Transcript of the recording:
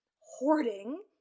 hoarding